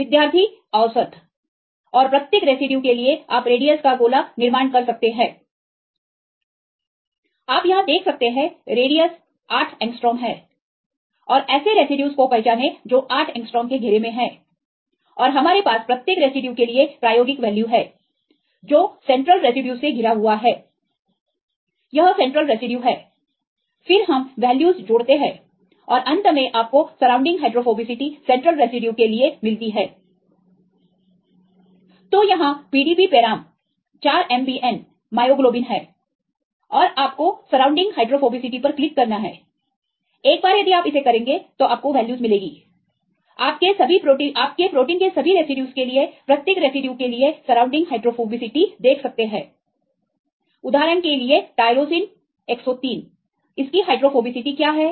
विद्यार्थी औसत और प्रत्येक रेसिड्यू के लिए आप रेडियस r का गोला निर्माण कर सकते हैं है और ऐसे रेसिड्यूज को पहचाने जो 8 एंगस्ट्रांम के घेरे में है और हमारे पास प्रत्येक रेसिड्यू के लिए प्रायोगिक वैल्यू है जो सेंट्रल रेसिड्यू से घिरा हुआ है यह सेंट्रल रेसिड्यू है फिर हम वैल्यूज जोड़ते हैं और अंत में आपको सराउंडिंग हाइड्रोफोबिसिटी सेंट्रल रेसिड्यू की मिलती है तो यहां PDBपेराम 4 MBN मायोग्लोबिन है और आपको सराउंडिंग हाइड्रोफोबिसिटी पर क्लिक करना है एक बार यदि आप इसे करेंगे तो आपको वैल्यूज मिलेगी आपके प्रोटीन के सभी रेसिड्यूज के लिए प्रत्येक रेसिड्यू के लिए सराउंडिंग हाइड्रोफोबिसिटी देख सकते हैं उदाहरण के लिए टायरोसिन 103 की हाइड्रोफोबिसिटी क्या है